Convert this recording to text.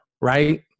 right